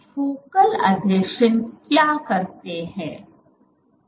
focal अधीक्षण क्या करते हैं